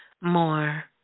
more